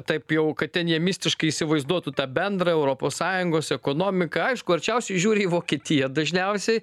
tap jau kad ten jie mistiškai įsivaizduotų tą bendrą europos sąjungos ekonomiką aišku arčiausiai žiūri į vokietiją dažniausiai